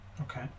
Okay